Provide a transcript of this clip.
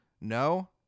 No